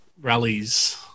Rallies